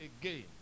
again